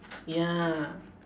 ya